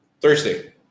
Thursday